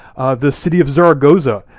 the city of zaragoza,